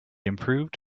improved